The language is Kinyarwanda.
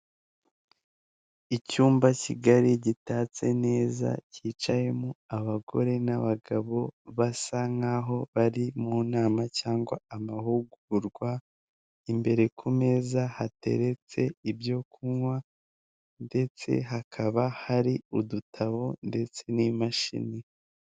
Icyumba kigari gitatse neza cyicayemo abagore n'abagabo basa nk'aho bari mu nama cyangwa amahugurwa, imbere ku meza hateretse ibyo kunywa ndetse hakaba hari udutabo ndetse n'imashini.